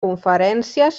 conferències